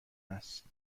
است